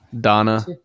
donna